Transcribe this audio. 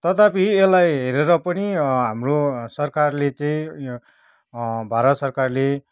तथापि यसलाई हेरेर पनि हाम्रो सरकारले चाहिँ उयो भारत सरकारले